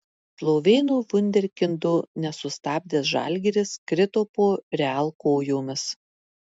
slovėnų vunderkindo nesustabdęs žalgiris krito po real kojomis